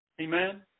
Amen